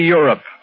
Europe